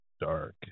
dark